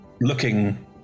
Looking